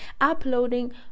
uploading